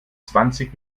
zwanzig